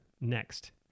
next